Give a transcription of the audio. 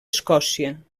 escòcia